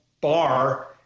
bar